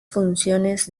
funciones